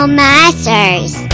masters